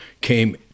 came